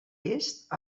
est